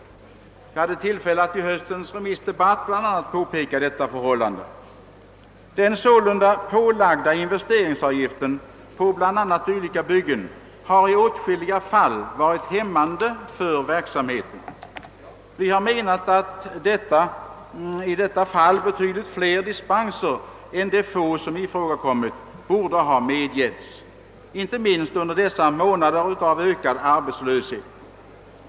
Jag hade tillfälle att i höstens remissdebatt bl.a. påpeka detta förhållande. Den sålunda pålagda investeringsavgiften på bl.a. dylika byggen har i åtskilliga fall varit hämmande för verksamheten. Vi har menat att i detta avseende betydligt fler dispenser än de få som ifrågakommit borde ha lämnats — inte minst under dessa månader av ökad arbetslöshet.